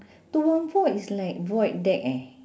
two one four is like void deck eh